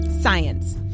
Science